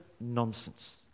nonsense